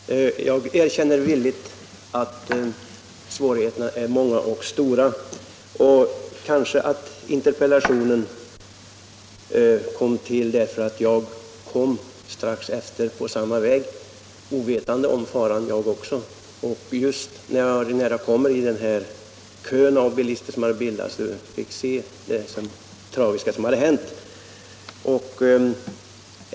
Herr talman! Jag erkänner villigt att svårigheterna är många och stora. Interpellationen tillkom väl därför att jag körde samma väg strax efter det att olyckan inträffat, ovetande om faran jag också. När jag kom in i den kö av bilister som hade bildats fick jag se det tragiska som hade hänt.